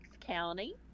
County